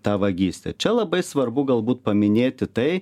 ta vagystė čia labai svarbu galbūt paminėti tai